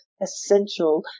essential